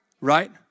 right